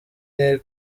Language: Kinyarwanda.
nke